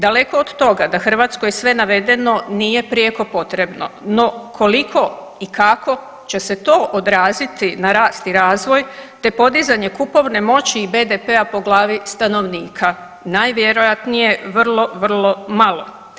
Daleko od toga da Hrvatskoj sve navedeno nije prijeko potrebno, no koliko i kako će se to odraziti na rast i razvoj, te podizanje kupovne moći i BDP-a po glavi stanovnika najvjerojatnije vrlo, vrlo malo.